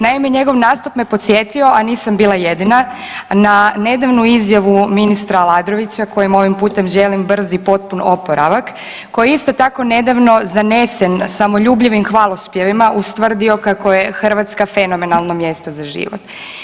Naime, njegov nastup me podsjetio, a nisam bila jedina na nedavnu izjavu ministra Aladrovića kojem ovim putem želim brzi i potpun oporavak, koji je isto tako nedavno zanesen samoljubljivim hvalospjevima ustvrdio kako je Hrvatska fenomenalno mjesto za život.